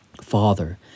Father